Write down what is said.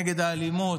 נגד האלימות,